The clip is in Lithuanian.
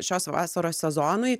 šios vasaros sezonui